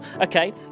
Okay